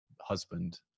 husband